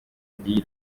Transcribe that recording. ry’iyo